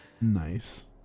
nice